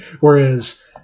Whereas